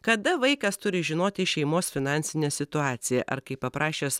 kada vaikas turi žinoti šeimos finansinę situaciją ar kai paprašęs